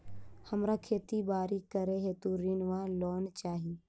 हमरा खेती बाड़ी करै हेतु ऋण वा लोन चाहि?